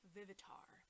Vivitar